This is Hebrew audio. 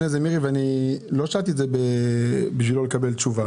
ולא שאלתי כדי לא לקבל תשובה.